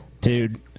Dude